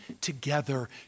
together